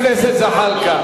חבר הכנסת זחאלקה,